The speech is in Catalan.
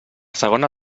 segona